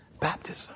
baptism